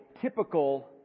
typical